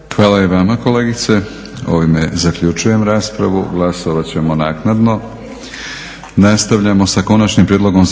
Hvala i vama kolegice. Ovime zaključujem raspravu. Glasovat ćemo naknadno. **Leko, Josip (SDP)** Konačni prijedlog